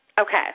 Okay